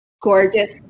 gorgeous